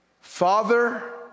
Father